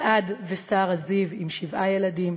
אלעד ושרה זיו עם שבעה ילדים,